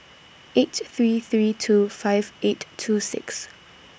eight three three two five eight two six